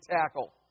tackle